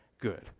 good